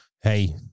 Hey